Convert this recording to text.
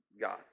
God